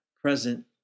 present